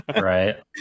right